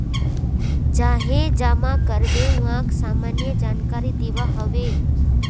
जाहें जमा कारबे वाक सामान्य जानकारी दिबा हबे